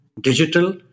digital